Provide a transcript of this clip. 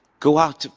go out,